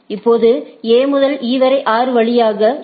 இப்போது A முதல் E வரை 6 வழியாக C